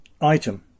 Item